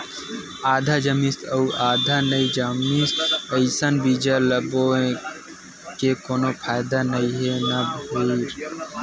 आधा जामिस अउ आधा नइ जामिस अइसन बीजा ल बोए ले कोनो फायदा नइ हे न भईर